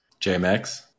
JMX